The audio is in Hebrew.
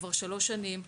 כבר שלוש שנים,